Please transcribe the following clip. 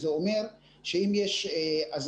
זה אומר שאם יש אזעקה,